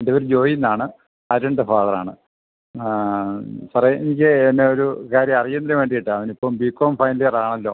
എൻ്റെ പേര് ജോയ് എന്നാണ് അരുണിൻ്റെ ഫാദറാണ് സാറെ എനിക്ക് എന്നാ ഒരു കാര്യ അറിയുന്നതിന് വേണ്ടിയിട്ടാണ് അവനിപ്പം ബികോം ഫൈനൽ ഇയർ ആണല്ലോ